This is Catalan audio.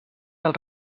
del